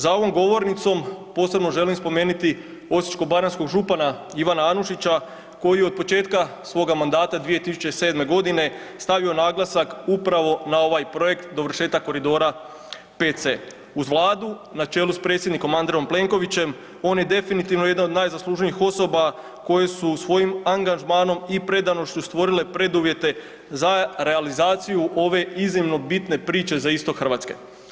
Za ovom govornicom posebno želim spomenuti osječko-baranjskog župana Ivana Anušića koji je od početka svoga mandata 2007. godine stavio naglasak upravo na ovaj projekt dovršetak koridora 5C. Uz Vladu na čelu s predsjednikom Andrejom Plenkovićem on je definitivno jedan od najzaslužnijih osoba koje su svojim angažmanom i predanošću stvorile preduvjete za realizaciju ove iznimno bitne priče za istok Hrvatske.